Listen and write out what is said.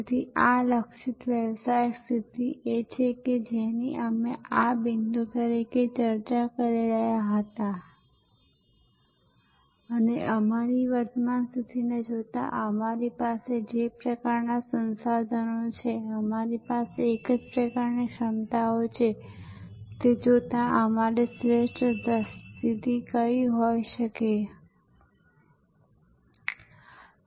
તેથી આ લક્ષિત વ્યવસાય સ્થિતિ એ છે જેની અમે આ બિંદુ B તરીકે ચર્ચા કરી રહ્યા હતા કે અમારી વર્તમાન સ્થિતિને જોતાં અમારી પાસે જે પ્રકારનાં સંસાધનો છે અમારી પાસે જે પ્રકારની ક્ષમતાઓ છે તે જોતાં અમારી શ્રેષ્ઠ સ્થિતિ કઈ હોઈ શકે છે